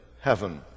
heaven